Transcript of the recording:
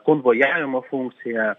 konvojavimo funkciją